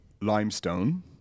limestone